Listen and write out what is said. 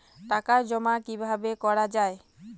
টাকা জমা কিভাবে করা য়ায়?